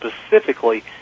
specifically